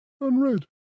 unread